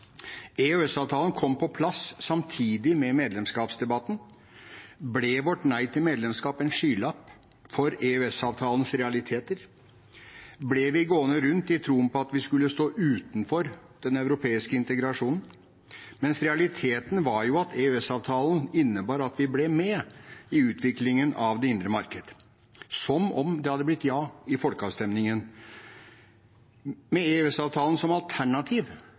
kom på plass samtidig med medlemskapsdebatten. Ble vårt nei til medlemskap en skylapp for EØS-avtalens realiteter? Ble vi gående rundt i troen på at vi skulle stå utenfor den europeiske integrasjonen? Realiteten var jo at EØS-avtalen innebar at vi ble med i utviklingen av det indre marked, som om det hadde blitt ja til medlemskap i folkeavstemningen. Med EØS-avtalen som alternativ